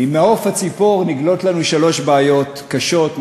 ממעוף הציפור נגלות לנו שלוש בעיות קשות,